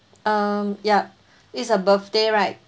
uh ya it's a birthday right